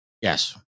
Yes